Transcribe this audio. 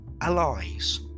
allies